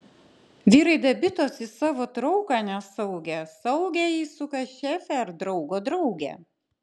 vyrai dabitos į savo trauką nesaugią saugią įsuka šefę ar draugo draugę